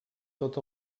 tot